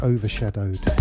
Overshadowed